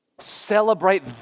Celebrate